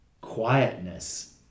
quietness